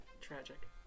Tragic